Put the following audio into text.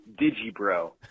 Digibro